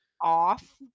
off